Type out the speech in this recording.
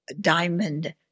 diamond